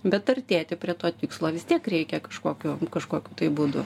bet artėti prie to tikslo vis tiek reikia kažkokiu kažkokiu būdu